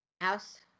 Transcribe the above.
house